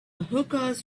hookahs